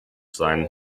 sein